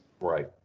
right